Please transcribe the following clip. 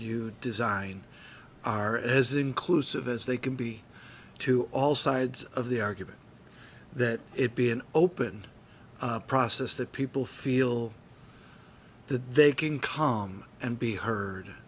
you design are as inclusive as they can be to all sides of the argument that it be an open process that people feel that they can calm and be